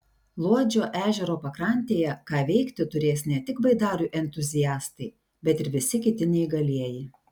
luodžio ežero pakrantėje ką veikti turės ne tik baidarių entuziastai bet ir visi kiti neįgalieji